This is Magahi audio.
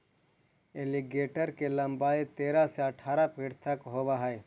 एलीगेटर के लंबाई तेरह से अठारह फीट तक होवऽ हइ